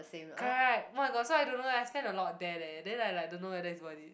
correct oh-my-god so I don't know eh spent a lot there leh then I like don't know whether it's worth is